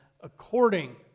according